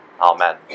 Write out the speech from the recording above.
Amen